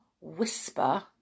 whisper